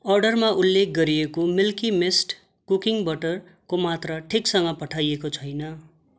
अर्डरमा उल्लेख गरिएको मिल्की मिस्ट कुकिङ बटरको मात्रा ठिकसँग पठाइएको छैन